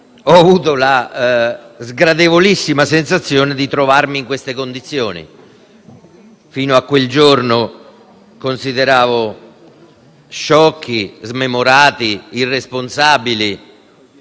ho avuto la sgradevolissima sensazione di trovarmi in queste condizioni. Fino a quel giorno, consideravo sciocchi, smemorati, irresponsabili,